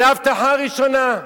זו ההבטחה הראשונה.